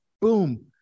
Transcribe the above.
boom